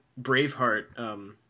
Braveheart